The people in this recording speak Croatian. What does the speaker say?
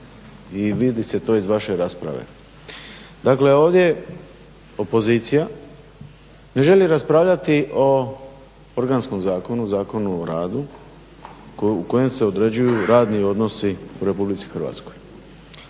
i vidi se to iz vaše rasprave. Dakle ovdje opozicija ne želi raspravljati o organskom zakonu, Zakonu o radu u kojem se određuju radni odnosi u Republici Hrvatskoj.